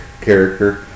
character